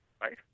Right